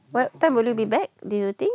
what time will you be back do you think